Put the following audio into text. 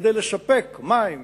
כדי לספק לתושבים מים